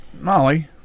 Molly